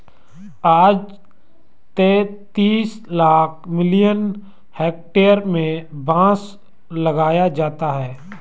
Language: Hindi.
आज तैंतीस लाख मिलियन हेक्टेयर में बांस लगाया जाता है